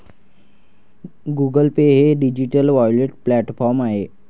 Google Pay हे digital wallet platform आहे